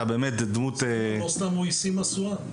לא סתם הוא השיא משואה.